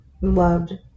loved